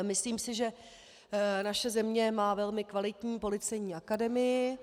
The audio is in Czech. Myslím si, že naše země má velmi kvalitní Policejní akademii.